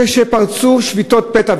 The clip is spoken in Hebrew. כשפרצו שביתות פתע,